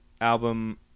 album